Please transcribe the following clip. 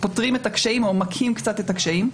פותרים את הקשיים או מקהים קצת את הקשיים.